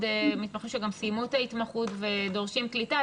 מתמחים שגם סיימו את ההתמחות ודורשים קליטה.